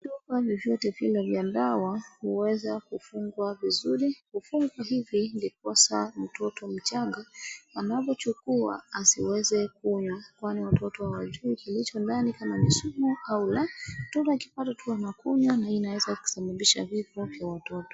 chupa lilionyeshwa ni la dawa limeweza kufungwa vizuri kufungwa hivi ndiposa mtoto mchanga anapochukua asiweze kunywa kwani watoto hawajui kilicho ndani kama ni sumu au la mtoto akipata tu anakunywa na inaweza kusababisha vifo vya watoto